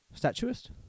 Statuist